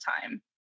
time